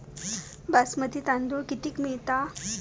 बासमती तांदूळ कितीक मिळता?